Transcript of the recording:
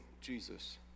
Jesus